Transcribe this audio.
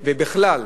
או שבכלל,